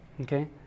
okay